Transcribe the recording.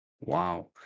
Wow